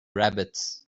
rabbits